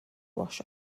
wash